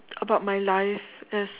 about my life as